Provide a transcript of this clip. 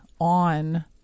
on